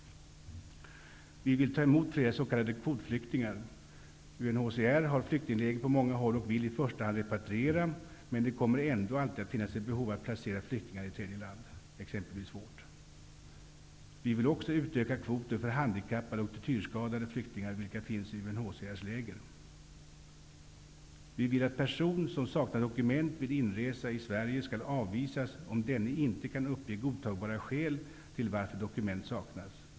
Vi vill ta emot fler s.k. kvotflyktingar. UNHCR har flyktingläger på många håll och vill i första hand repatriera, men det kommer ändå alltid att finnas behov av att placera flyktingar i tredje land, exempelvis vårt. Vi vill också utöka kvoten för handikappade och tortyrskadade flyktingar, vilka finns i Vi vill att person som saknar dokument vid in resa i Sverige skall avvisas, om denne inte kan uppge godtagbara skäl till varför dokument sak nas.